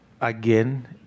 again